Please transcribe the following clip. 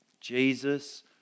Jesus